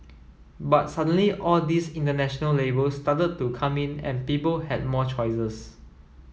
but suddenly all these international labels started to come in and people had more choices